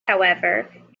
however